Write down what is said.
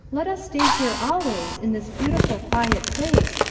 let us stay here always, in this beautiful, quiet place,